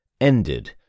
ended